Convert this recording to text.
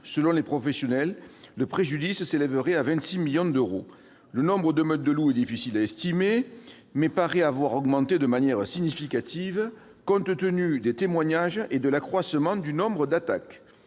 Selon les professionnels, le préjudice s'élèverait à 26 millions d'euros. Si le nombre de meutes de loups est difficile à estimer, il paraît avoir augmenté de manière significative compte tenu des témoignages et de l'accroissement du nombre d'attaques.